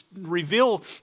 reveal